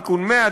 תיקון 100,